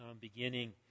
beginning